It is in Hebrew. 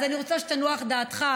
אז אני רוצה שתנוח דעתך.